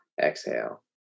exhale